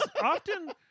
often